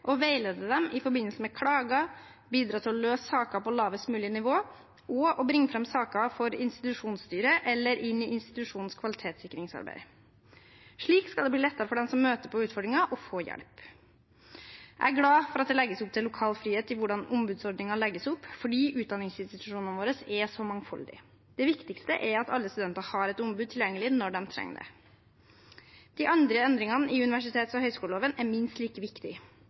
og veilede dem i forbindelse med klager, bidra til å løse saker på lavest mulig nivå og bringe saker fram for institusjonsstyret eller inn i institusjonens kvalitetssikringsarbeid. Slik skal det bli lettere for dem som møter på utfordringer, å få hjelp. Jeg er glad for at det legges opp til lokal frihet i hvordan ombudsordningen legges opp, fordi utdanningsinstitusjonene våre er så mangfoldige. Det viktigste er at alle studenter har et ombud tilgjengelig når de trenger det. De andre endringene i universitets- og høyskoleloven er minst like